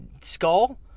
skull